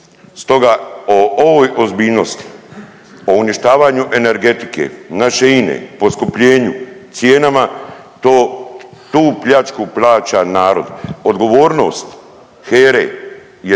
Stoga o ovoj ozbiljnosti, o uništavanju energetike, naše INA-e, poskupljenju, cijenama tu pljačku plaća narod. Odgovornost HERA-e je